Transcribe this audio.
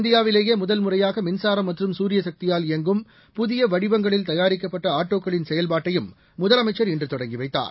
இந்தியாவிலேயே முதல் முறையாக மின்சாரம் மற்றும் சூரியசக்தியால் இயங்கும் புதிய வடிவங்களில் தயாரிக்கப்பட்ட ஆட்டோக்களின் செயல்பாட்டையும் முதலமைச்ச் இன்று தொடங்கி வைத்தார்